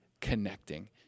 connecting